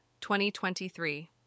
2023